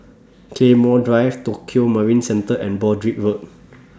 Claymore Drive Tokio Marine Centre and Broadrick Road